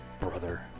brother